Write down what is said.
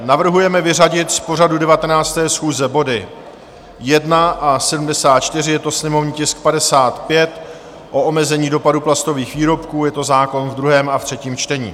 Navrhujeme vyřadit z pořadu 19. schůze body 1 a 74, sněmovní tisk 55 o omezení dopadu plastových výrobků, zákon ve druhém a třetím čtení.